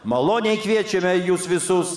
maloniai kviečiame jus visus